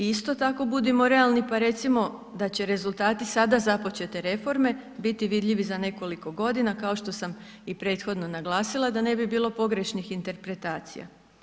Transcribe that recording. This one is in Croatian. I isto tako budimo realni pa recimo da će rezultati sada započete reforme biti vidljivi za nekoliko godina kao što sam i prethodno naglasila da ne bi bilo pogrešnih interpretacija.